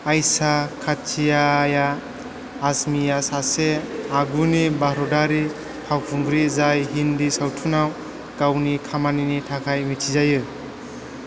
आयशा टाकिया आजमीआ सासे आगुनि भारतारि फावखुंग्रि जाय हिन्दी सावथुनआव गावनि खामानिनि थाखाय मिथिजायो